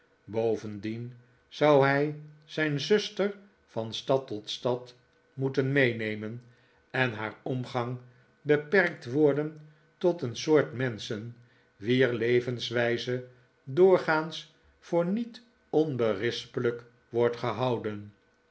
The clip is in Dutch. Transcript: bovendien zou hij zijn zuster van stad tot stad moeten meenemen en haar omgang beperkt worden tot een soort menschen wier levenswijze doorgaans voor niet onberispelijk wordt gebouden